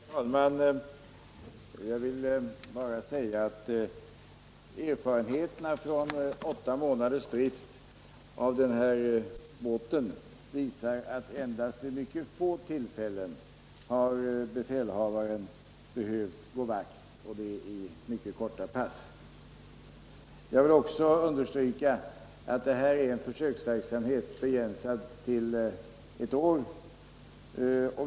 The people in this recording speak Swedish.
Herr talman! Jag vill bara säga att erfarenheterna från åtta månaders drift av båten visar att befälhavaren endast vid mycket få tillfällen har behövt gå vakt och då endast i mycket korta pass. Jag vill också understryka att det är en försöksverksamhet, begränsad till ett år.